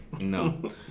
No